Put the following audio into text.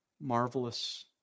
marvelous